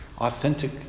authentic